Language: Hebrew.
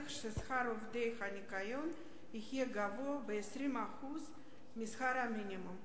ששכר עובדי הניקיון יהיה גבוה ב-20% משכר המינימום.